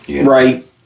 Right